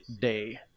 Day